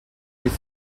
with